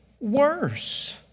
worse